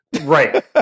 Right